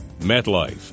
MetLife